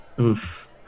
Oof